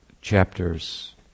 chapters